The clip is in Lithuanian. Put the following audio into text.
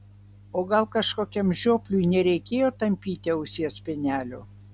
o gal kažkokiam žiopliui nereikėjo tampyti ausies spenelio